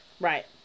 Right